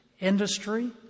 industry